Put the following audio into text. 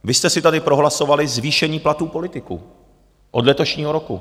Vy jste si tady prohlasovali zvýšení platů politiků od letošního roku!